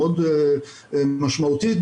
מאוד משמעותית,